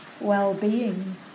well-being